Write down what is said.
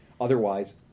otherwise